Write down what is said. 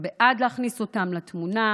אני בעד להכניס אותם לתמונה.